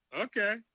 okay